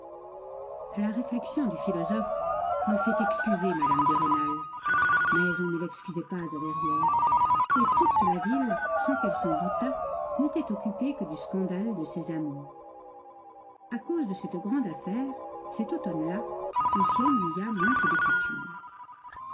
la réflexion du philosophe me fait excuser mme de rênal mais on ne l'excusait pas à verrières et toute la ville sans qu'elle s'en doutât n'était occupée que du scandale de ses amours a cause de cette grande affaire cet automne là on s'y ennuya moins que de coutume